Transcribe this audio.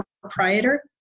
proprietor